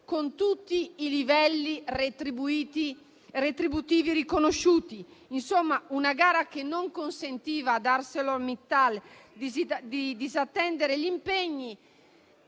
con tutti i livelli retributivi riconosciuti. Una gara che non consentiva ad ArcelorMittal di disattendere gli impegni